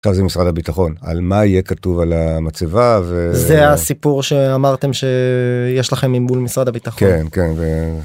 משרד הביטחון, על מה יהיה כתוב על המצבה, ו... -זה הסיפור שאמרתם שיש לכם ממול משרד הביטחון. -כן, כן